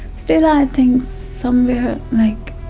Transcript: still i think somewhere like